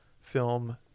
film